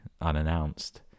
unannounced